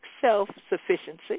self-sufficiency